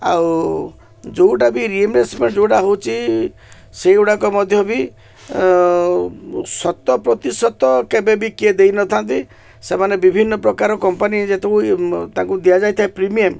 ଆଉ ଯୋଉଟା ବି ରିଏମ୍ବର୍ସମେଣ୍ଟ ଯୋଉଟା ହେଉଛି ସେଇଗୁଡ଼ାକ ମଧ୍ୟ ବି ଶତ ପ୍ରତିଶତ କେବେ ବି କିଏ ଦେଇନଥାନ୍ତି ସେମାନେ ବିଭିନ୍ନ ପ୍ରକାର କମ୍ପାନୀ ଯେତେ ତାଙ୍କୁ ଦିଆଯାଇଥାଏ ପ୍ରିମିୟମ୍